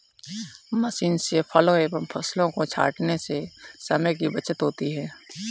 machine से फलों एवं फसलों को छाँटने से समय की बचत होती है